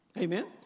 Amen